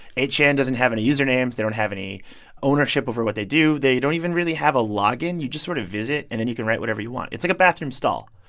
eight chan doesn't have any usernames. they don't have any ownership over what they do. they don't even really have a log-in. you just sort of visit, and then you can write whatever you want. it's like a bathroom stall.